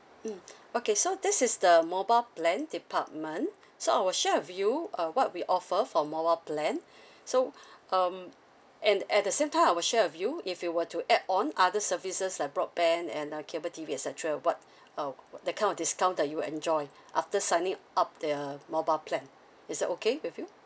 mm okay so this is the mobile plan department so I will share with you uh what we offer for mobile plan so um and at the same time I will share with you if you were to add on other services like broadband and uh cable T_V et cetera what uh the kind of discount that you will enjoy after signing up the mobile plan is that okay with you